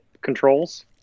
controls